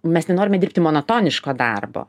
mes nenorime dirbti monotoniško darbo